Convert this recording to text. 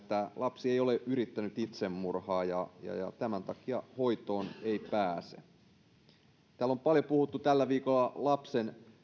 lapsi ei ole yrittänyt itsemurhaa ja tämän takia hoitoon ei pääse täällä on paljon puhuttu tällä viikolla lapsen